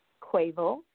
Quavo